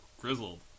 grizzled